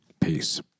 Peace